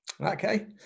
Okay